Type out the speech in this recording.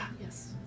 Yes